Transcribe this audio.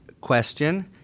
question